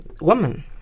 woman